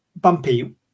Bumpy